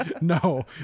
no